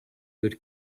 would